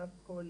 לעכו,